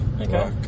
Okay